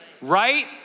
right